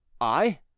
I